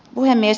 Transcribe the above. puhemies